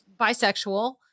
bisexual